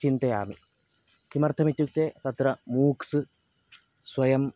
चिन्तयामि किमर्थम् इत्युक्ते तत्र मूक्स् स्वयम्